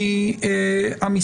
אני אעיר בהערת ביניים שמן הראוי היה